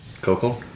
Coco